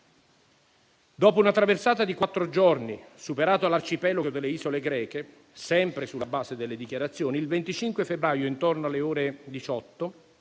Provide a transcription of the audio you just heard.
Dopo una traversata di quattro giorni, superato l'arcipelago delle isole greche, sempre sulla base delle dichiarazioni, il 25 febbraio, intorno alle ore 18,